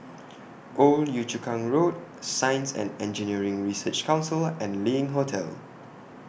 Old Yio Chu Kang Road Science and Engineering Research Council and LINK Hotel